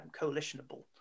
coalitionable